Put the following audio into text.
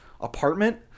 apartment